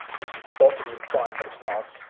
is thought to be prime, but it's not,